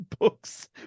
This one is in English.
Books